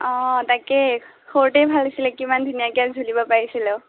অঁ তাকেই সৰুতেই ভাল আছিলে কিমান ধুনীয়াকে ঝুলিব পাৰিছিলোঁ